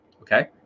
Okay